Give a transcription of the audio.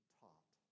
taught